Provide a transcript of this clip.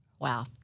Wow